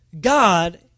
God